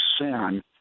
sin